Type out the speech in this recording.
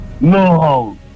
No